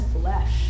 flesh